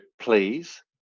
please